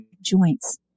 joints